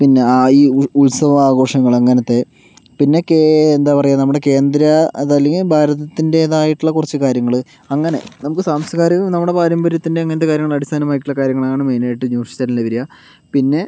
പിന്നെ ആ ഈ ഉത്സവാഘോഷങ്ങൾ അങ്ങനത്തെ പിന്നെ കേ എന്താ പറയുക നമ്മുടെ കേന്ദ്ര അതല്ലെങ്കിൽ ഭാരതത്തിൻ്റേതായിട്ടുള്ള കുറച്ചു കാര്യങ്ങൾ അങ്ങനെ നമുക്ക് സാംസ്കാരികവും നമ്മുടെ പാരമ്പര്യത്തിൻ്റെ അങ്ങനത്തെ കാര്യങ്ങൾ അടിസ്ഥാനപരമായിട്ടുള്ള കാര്യങ്ങളാണ് മെയ്നായിട്ട് ന്യൂസ് ചാനലിൽ വരിക പിന്നെ